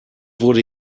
wurde